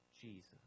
Jesus